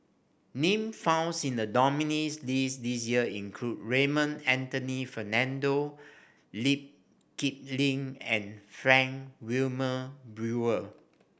name founds in the nominees' list this year include Raymond Anthony Fernando Lee Kip Lin and Frank Wilmin Brewer